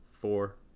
four